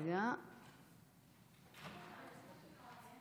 חוק לתיקון פקודת מס הכנסה (מס' 259),